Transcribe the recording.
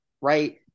right